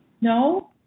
No